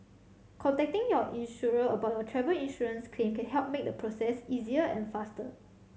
contacting your insurer about your travel insurance claim can help make the process easier and faster